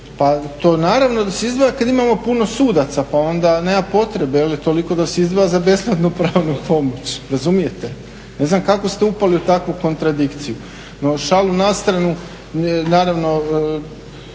Pa naravno da se izdvaja kada imamo puno sudaca pa onda nema potrebe da se toliko izdvaja za besplatnu pravnu pomoć, razumijete. Ne znam kako ste upali u takvu kontradikciju. No šalu na stranu. Naravno